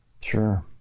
Sure